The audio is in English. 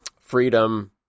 freedom